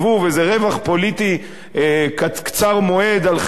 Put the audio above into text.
איזה רווח פוליטי קצר-מועד על-חשבון